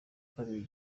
kabiri